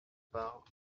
part